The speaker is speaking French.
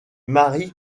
mary